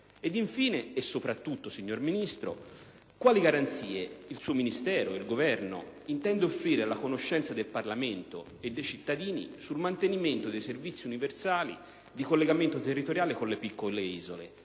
da farne niente? Signor Ministro, quali garanzie, inoltre, il suo Ministero e il Governo intendono offrire alla conoscenza del Parlamento e dei cittadini sul mantenimento dei servizi universali di collegamento territoriale con le piccole isole?